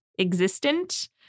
existent